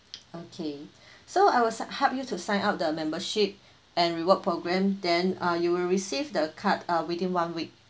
okay so I will si~ help you to sign up the membership and reward programme then uh you will receive the card uh within one week